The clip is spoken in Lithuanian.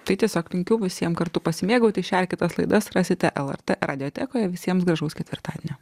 tai tiesiog linkiu visiem kartu pasimėgauti šią ir kitas laidas rasite lrt radiotekoje visiems gražaus ketvirtadienio